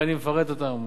ואני מפרט אותם,